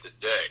today